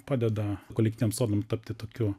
padeda kolektyviniam sodam tapti tokiu